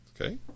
Okay